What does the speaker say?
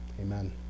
amen